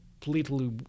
completely